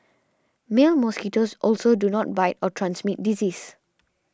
male mosquitoes also do not bite or transmit disease